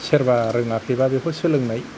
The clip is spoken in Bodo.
सोरबा रोङाखैबा बेखौ सोलोंनाय